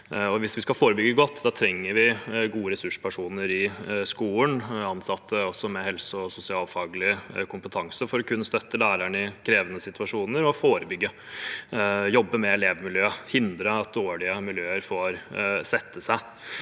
hvis vi skal forebygge godt, trenger vi gode ressurspersoner i skolen, også ansatte med helse- og sosialfaglig kompetanse, for å kunne støtte lærerne i krevende situasjoner, forebygge og jobbe med elevmiljøet og hindre at dårlige miljøer får sette seg.